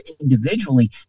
individually